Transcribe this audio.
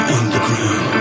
underground